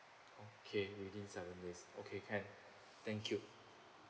okay within seven days okay can thank you